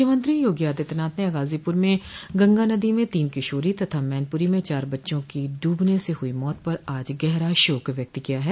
मुख्यमंत्री योगी आदित्यनाथ ने गाजीपुर में गंगा नदी में तीन किशोरी तथा मैनपुरी में चार बच्चों की डूबने से हुई मौत पर आज गहरा शोक व्यक्त किया है